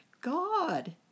god